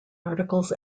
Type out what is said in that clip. articles